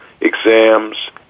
exams